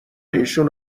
ایشون